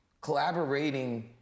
collaborating